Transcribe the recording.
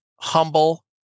humble